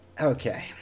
Okay